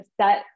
set